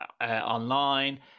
online